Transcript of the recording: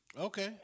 Okay